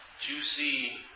juicy